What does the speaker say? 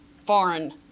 foreign